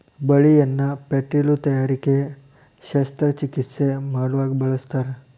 ಬಳ್ಳಿಯನ್ನ ಪೇಟಿಲು ತಯಾರಿಕೆ ಶಸ್ತ್ರ ಚಿಕಿತ್ಸೆ ಮಾಡುವಾಗ ಬಳಸ್ತಾರ